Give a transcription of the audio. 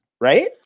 right